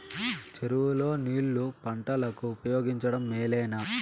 చెరువు లో నీళ్లు పంటలకు ఉపయోగించడం మేలేనా?